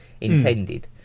intended